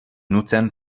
nucen